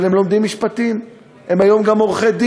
אבל הם לומדים משפטים, הם היום גם עורכי-דין,